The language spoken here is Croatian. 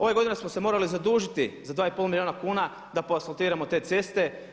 Ove godine smo se morali zadužiti za 2 i pol milijuna kuna da poasfaltiramo te ceste.